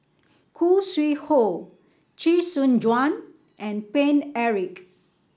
Khoo Sui Hoe Chee Soon Juan and Paine Eric